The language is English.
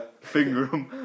Finger